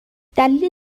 دلیل